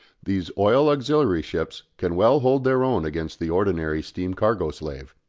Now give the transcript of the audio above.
these oil-auxiliary ships can well hold their own against the ordinary steam cargo slave.